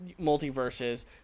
multiverses